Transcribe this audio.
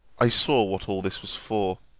i saw what all this was for.